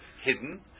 hidden